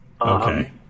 Okay